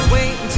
Wait